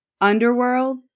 Underworld